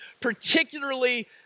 particularly